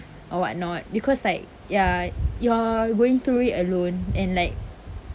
or whatnot because like ya you're going through it alone and like